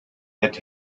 get